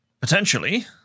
potentially